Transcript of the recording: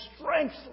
strength